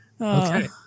Okay